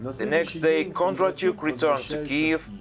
the next day kondratiuk returned to kiev,